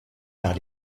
par